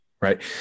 Right